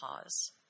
pause